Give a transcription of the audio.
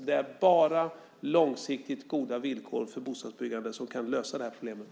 Det är bara långsiktigt goda villkor för bostadsbyggande som kan lösa problemet.